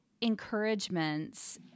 encouragements